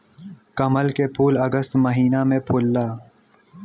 कमल के फूल अगस्त महिना में फुलला